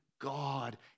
God